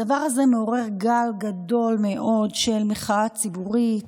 הדבר הזה מעורר גל גדול מאוד של מחאה ציבורית.